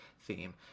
theme